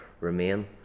Remain